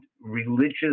religious